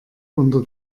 unter